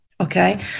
Okay